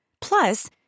Plus